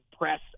press